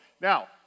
Now